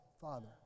Father